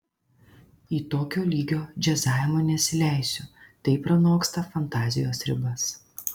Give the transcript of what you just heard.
į tokio lygio džiazavimą nesileisiu tai pranoksta fantazijos ribas